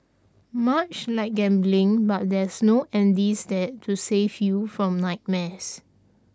much like gambling but there's no Andy's Dad to save you from nightmares